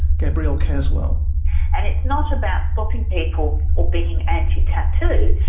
gabrielle caswell and it's not about stopping people or being anti-tattoo.